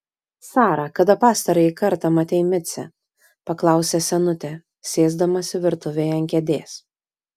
sara kada pastarąjį kartą matei micę paklausė senutė sėsdamasi virtuvėje ant kėdės